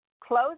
close